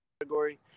category